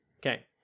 Okay